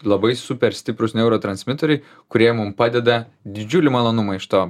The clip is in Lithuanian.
labai super stiprūs niauro transmiteriai kurie mum padeda didžiulį malonumą iš to